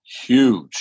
huge